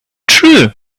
true